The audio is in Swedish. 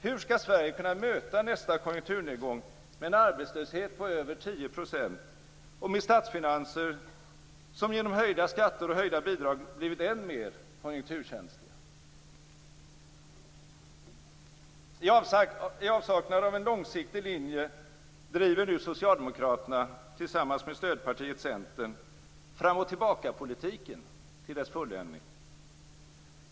Hur skall Sverige kunna möta nästa konjunkturnedgång med en arbetslöshet på över 10 % och med statsfinanser som - på grund av höjda skatter och höjda bidrag - blivit än mer konjunkturkänsliga? I avsaknad av en långsiktig linje driver nu Socialdemokraterna tillsammans med stödpartiet Centern fram-och-tillbaka-politiken till dess fulländning.